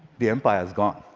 the empire is gone,